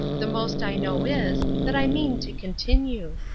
the most i know is, that i mean to continue.